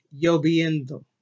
lloviendo